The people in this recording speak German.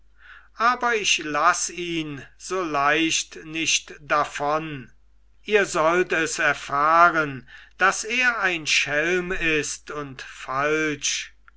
aber ich laß ihn so leicht nicht davon ihr sollt es erfahren daß er ein schelm ist und falsch